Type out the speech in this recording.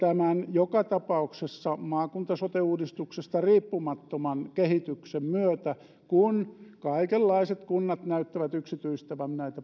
joka tapauksessa maakunta sote uudistuksesta riippumattoman kehityksen myötä kun kaikenlaiset kunnat näyttävät yksityistävän